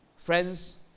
friends